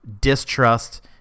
distrust